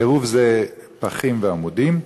עירוב זה פחים ועמודים.